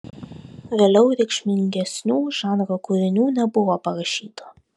vėliau reikšmingesnių žanro kūrinių nebuvo parašyta